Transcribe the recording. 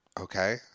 Okay